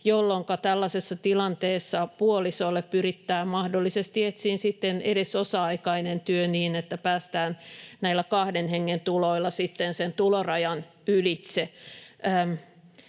jolloinka tällaisessa tilanteessa puolisolle pyritään mahdollisesti etsimään edes osa-aikainen työ niin, että päästään näillä kahden hengen tuloilla sen tulorajan ylitse.